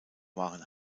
waren